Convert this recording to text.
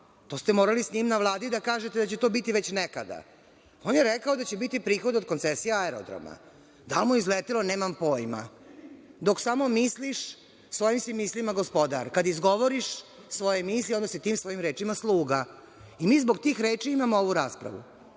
To ste morali sa njim na Vladi da kažete da će to biti već nekada. On je rekao da će biti prihoda od koncesija aerodroma. Da li mu je izletelo? Nemam pojma. Dok samo misliš svojim si mislima gospodar, kada izgovoriš svoje misli onda si tim svojim rečima sluga. Mi zbog tih reči imamo ovu raspravu. Zbog